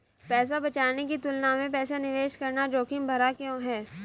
पैसा बचाने की तुलना में पैसा निवेश करना जोखिम भरा क्यों है?